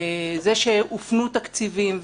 זה שהופנו תקציבים,